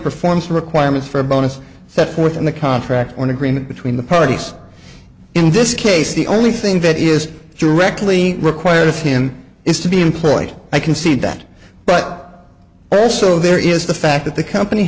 performs the requirements for a bonus set forth in the contract when agreement between the parties in this case the only thing that is directly required of him is to be employed i can see that but also there is the fact that the company